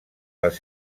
les